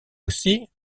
aussi